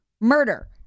murder